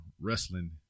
wrestling